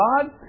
God